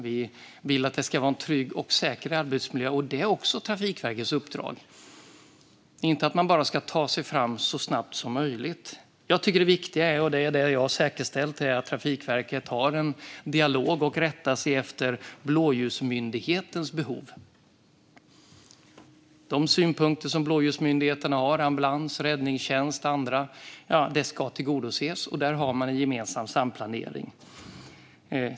Vi vill att det ska vara en trygg och säker arbetsmiljö. Det är också Trafikverkets uppdrag, inte bara att man ska ta sig fram så snabbt som möjligt. Jag tycker att det viktiga är - och det är det jag har säkerställt - att Trafikverket har en dialog med och rättar sig efter blåljusmyndighetens behov. De synpunkter som blåljusmyndigheterna har - ambulans, räddningstjänst och andra - ska tillgodoses. Där har man en gemensam planering.